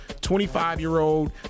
25-year-old